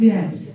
Yes